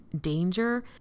danger